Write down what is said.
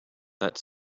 that